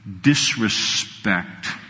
disrespect